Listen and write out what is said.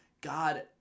God